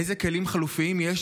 אילו כלים חלופיים יש,